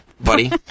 buddy